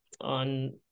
on